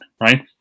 right